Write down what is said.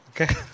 Okay